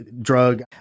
drug